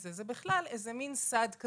אלא בכלל איזה מן סד,